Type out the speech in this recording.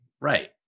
Right